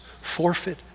forfeit